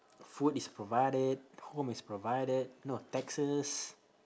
food is provided home is provided you know taxes